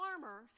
farmer